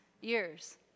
years